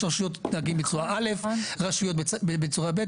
יש רשויות בצורה א', רשויות בצורה ב'.